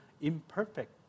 imperfect